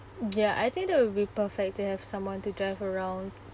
ya I think that will be perfect to have someone to drive around